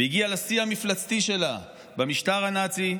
והגיעה לשיא המפלצתי שלה במשטר הנאצי,